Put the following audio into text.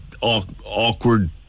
awkward